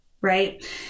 right